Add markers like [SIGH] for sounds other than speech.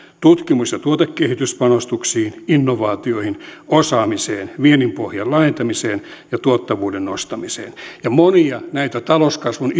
tutkimus ja tuotekehityspanostuksiin innovaatioihin osaamiseen viennin pohjan laajentamiseen ja tuottavuuden nostamiseen ja monia näihin talouskasvun [UNINTELLIGIBLE]